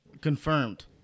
Confirmed